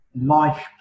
life